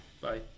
Bye